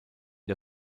den